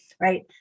right